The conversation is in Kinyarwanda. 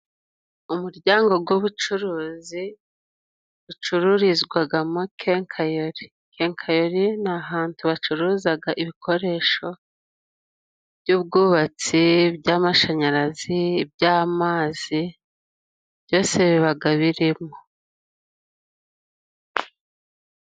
Umuryango g'ubucuruzi ucururizwagamo kenkayori. Kenkayori ni ahantu bacuruzaga ibikoresho by'ubwubatsi，by'amashanyarazi，by'amazi，byose bibaga birimo.